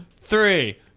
three